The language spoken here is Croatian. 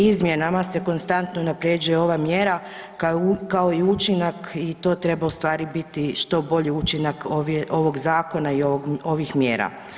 Izmjenama se konstantno unapređuje ova mjera kao i učinak i to treba ustvari biti što bolji učinak ovog Zakona i ovih mjera.